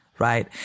Right